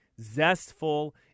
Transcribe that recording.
zestful